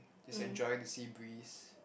just enjoying the sea breeze